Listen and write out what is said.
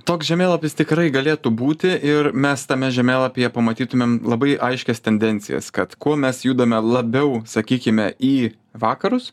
toks žemėlapis tikrai galėtų būti ir mes tame žemėlapyje pamatytumėm labai aiškias tendencijas kad kuo mes judame labiau sakykime į vakarus